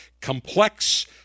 Complex